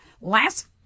last